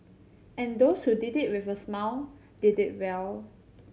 and those who did it with a smile did it well